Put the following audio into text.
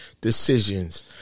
Decisions